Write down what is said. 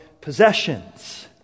possessions